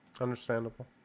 Understandable